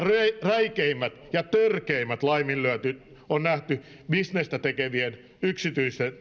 räikeimmät ja törkeimmät laiminlyönnit on nähty bisnestä tekevien yksityisten